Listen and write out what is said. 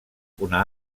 una